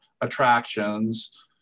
attractions